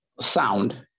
sound